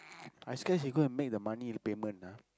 I scared he go and make the money payment ah